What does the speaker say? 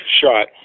shot